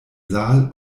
saal